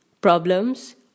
problems